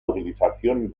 utilización